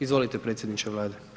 Izvolite predsjedniče Vlade.